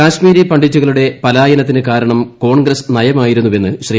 കശ്മീരി പണ്ഡിറ്റു കളുടെ പലായനത്തിന് കാരണം കോൺഗ്രസ് നയമായിരുന്നു വെന്ന് ശ്രീ